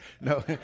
No